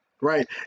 Right